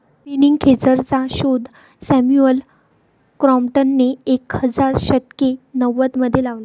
spinning खेचरचा शोध Samuel क्रॉम्प्टनने एक हजार सातशे नव्वदमध्ये लावला